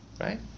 right